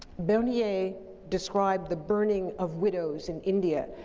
bernier describe the burning of widows in india.